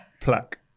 plaque